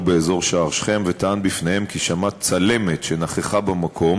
באזור שער שכם וטען בפניהם כי שמע צלמת שנכחה במקום